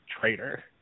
traitor